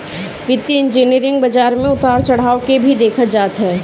वित्तीय इंजनियरिंग बाजार में उतार चढ़ाव के भी देखत हअ